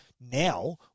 Now